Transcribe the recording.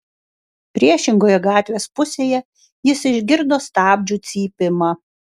priešingoje gatvės pusėje jis išgirdo stabdžių cypimą